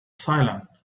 silent